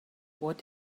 what